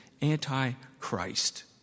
anti-Christ